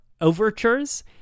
overtures